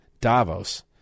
Davos